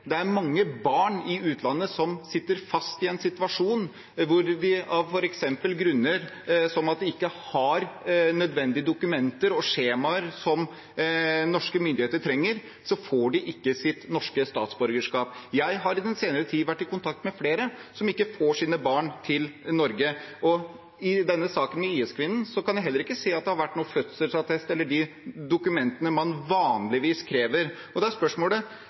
Det er mange barn i utlandet som sitter fast i en situasjon hvor de, f.eks. av grunner som at de ikke har nødvendige dokumenter og skjemaer som norske myndigheter trenger, ikke får sitt norske statsborgerskap. Jeg har i den senere tid vært i kontakt med flere som ikke får sine barn til Norge, og i denne saken med IS-kvinnen kan jeg heller ikke se at det har vært noen fødselsattest eller de dokumentene man vanligvis krever. Da er spørsmålet: